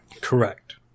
Correct